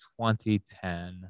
2010